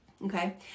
Okay